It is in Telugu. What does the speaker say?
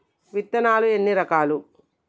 విత్తనాలు ఎన్ని రకాలు?